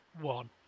one